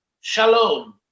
shalom